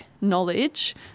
knowledge